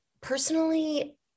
personally